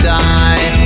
die